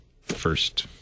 first